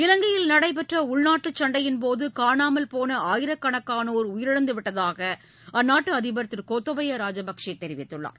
இலங்கையில் நடைபெற்ற உள்நாட்டு சண்டையின்போது காணாமல் போன ஆயிரக்கணக்கானோர் உயிரிழந்து விட்டதாக அந்நாட்டு அதிபர் திரு கோத்தபய ராஜபக்சே தெிவித்துள்ளார்